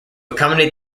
accommodate